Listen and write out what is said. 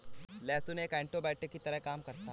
लहसुन एक एन्टीबायोटिक की तरह काम करता है